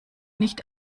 nicht